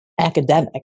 academic